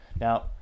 Now